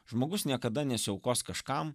žmogus niekada nesiaukos kažkam